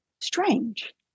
strange